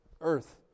earth